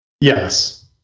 Yes